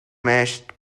mashed